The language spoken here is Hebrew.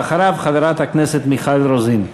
ואחריו, חברת הכנסת מיכל רוזין.